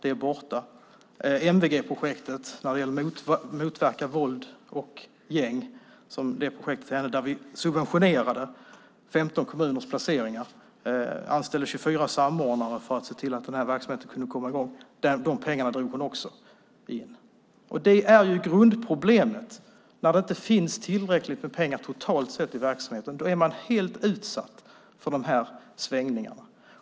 I MVG-projektet för att motverka våld och gäng subventionerade vi 15 kommuners placeringar och anställde 24 samordnare för att se till att verksamheten kunde komma i gång. Också de pengarna har Maria Larsson dragit in. Det är grundproblemet. När det inte finns tillräckligt med pengar i verksamheten är man helt utsatt för de här svängningarna.